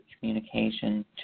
communication